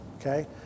okay